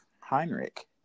Heinrich